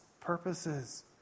purposes